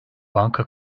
banka